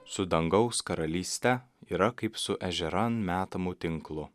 su dangaus karalyste yra kaip su ežeran metamu tinklu